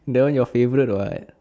that one your favourite what